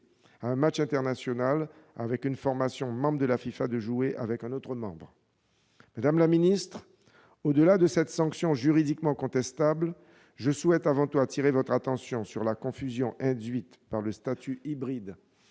à un match international avec une formation d'un pays membre de la FIFA de jouer avec la formation d'un autre membre. Madame la ministre, au-delà de cette sanction juridiquement contestable, je souhaite appeler votre attention sur la confusion induite par le statut hybride